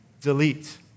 Delete